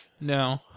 No